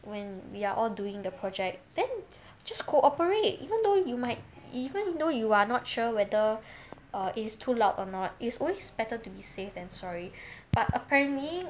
when we are all doing the project then just cooperate even though you might even though you are not sure whether err it is too loud or not it is always better to be safe than sorry but apparently